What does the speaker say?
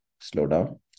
slowdown